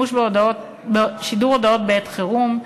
שידור הודעות בעת חירום,